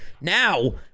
Now